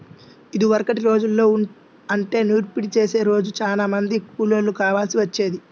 ఇదివరకటి రోజుల్లో అంటే నూర్పిడి చేసే రోజు చానా మంది కూలోళ్ళు కావాల్సి వచ్చేది